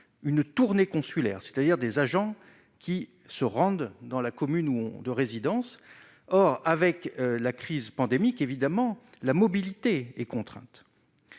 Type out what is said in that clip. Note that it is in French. une tournée consulaire, c'est-à-dire des agents qui se rendent dans la commune où on de résidence, or avec la crise pandémique évidemment la mobilité est contrainte